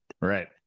Right